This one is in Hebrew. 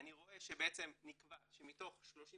אני רואה שבעצם נקבע שמתוך 33